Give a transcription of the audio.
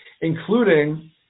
including